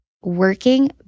working